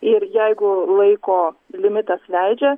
ir jeigu laiko limitas leidžia